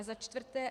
Za čtvrté.